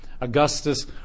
Augustus